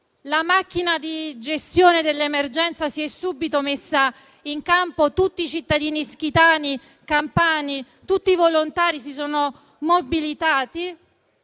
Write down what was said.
La macchina per la gestione dell'emergenza si è messa subito in campo. Tutti i cittadini ischitani e campani e tutti i volontari si sono mobilitati,